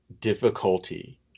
difficulty